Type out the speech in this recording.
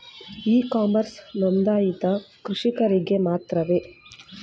E commerce ನೊಂದಾಯಿತ ಕೃಷಿಕರಿಗೆ ಮಾತ್ರವೇ?